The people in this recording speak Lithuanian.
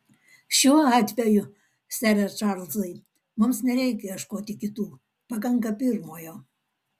šiuo atveju sere čarlzai mums nereikia ieškoti kitų pakanka pirmojo